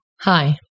Hi